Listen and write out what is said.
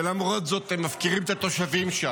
ולמרות זאת אתם מפקירים את התושבים שם.